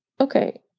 Okay